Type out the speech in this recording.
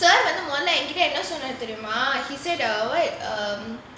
sir வந்து மொதல்ல என் கிட்ட சொன்னாரு தெரியுமா:vanthu modhalla en kita enna sonnaaru teriyumaa he say the [what] um